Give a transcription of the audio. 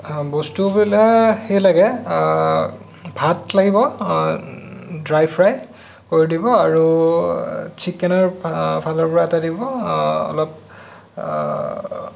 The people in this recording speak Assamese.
বস্তুবিলাক সেই লাগে ভাত লাগিব ড্ৰাই ফ্ৰাই কৰিব দিব আৰু ছিকেনৰ ফালৰ পৰা এটা দিব অলপ